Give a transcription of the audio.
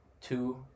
two